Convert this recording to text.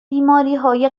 بیماریهای